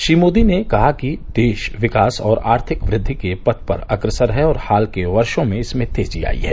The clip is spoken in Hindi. श्री मोदी ने कहा कि देश विकास और आर्थिक वृद्वि के पथ पर अग्रसर है और हाल के वर्षो में इसमें तेजी आई है